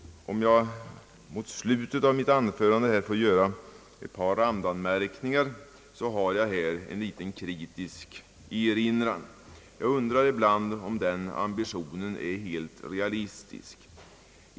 Om jag mot slutet av mitt anförande får göra ett par randanmärkningar, har jag här en liten kritisk erinran. Jag undrar nämligen ibland om denna ambition i fråga om den statliga förvaltningen är helt realistisk.